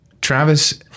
Travis